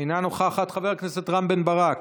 אינה נוכחת, חבר הכנסת רם בן ברק,